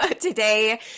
today